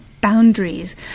boundaries